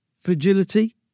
fragility